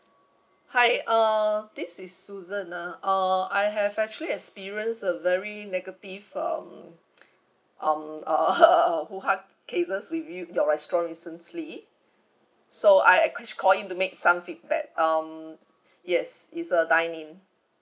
hi uh this is susan ah uh I have actually experienced a very negative um um uh uh uh uh two hard cases with you your restaurant recently so I actually call in to make some feedback um yes it's a dine in